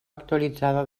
actualitzada